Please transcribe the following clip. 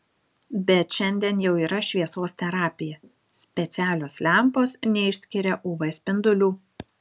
bet šiandien jau yra šviesos terapija specialios lempos neišskiria uv spindulių